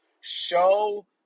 Show